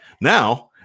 Now